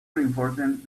reinforcement